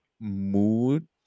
mood